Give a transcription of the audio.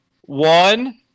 one